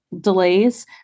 delays